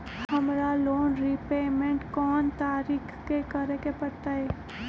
हमरा loan repayment कोन तारीख के करे के परतई?